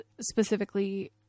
specifically